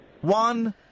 one